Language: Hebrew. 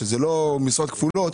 שזה לא משרות כפולות,